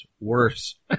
worse